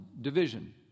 division